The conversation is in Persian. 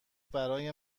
برای